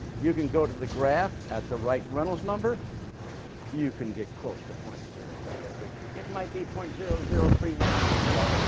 you can go to the graph at the right reynolds number you can get close to point zero zero three. it might be point zero zero three one i can't tell,